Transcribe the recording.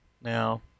Now